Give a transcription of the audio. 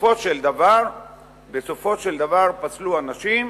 בסופו של דבר פסלו אנשים,